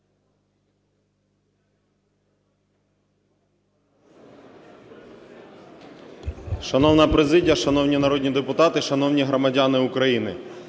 Шановна президія, шановні народні депутати, шановні громадяни України,